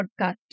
podcast